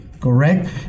correct